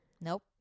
Nope